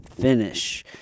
finish